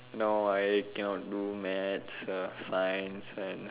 now I cannot do maths uh science and